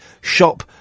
shop